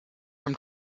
from